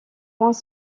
points